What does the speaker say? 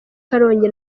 karongi